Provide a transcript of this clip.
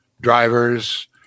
drivers